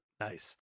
Nice